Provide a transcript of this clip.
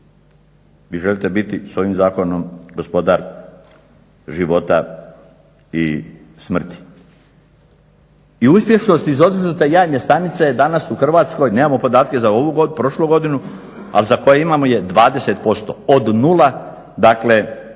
vi želite biti s ovim zakonom gospodar života i smrti. I uspješnost iz odmrznute jajne stanice je danas u Hrvatskoj, nemamo podatke za ovu prošlu godinu, a za koju imamo je 20% od nula dakle